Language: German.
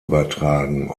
übertragen